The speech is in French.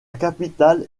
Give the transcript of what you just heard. capitale